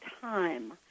time